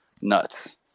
nuts